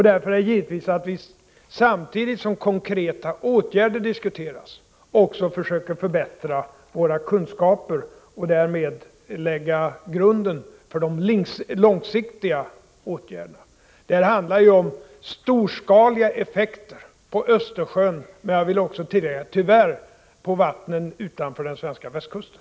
Därför försöker vi samtidigt som konkreta åtgärder diskuteras givetvis också förbättra våra kunskaper och därmed lägga grunden för de långsiktiga åtgärderna. Det här handlar ju om effekter i stor skala på Östersjön, men tyvärr också på vattnen utanför den svenska västkusten.